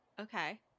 Okay